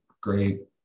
great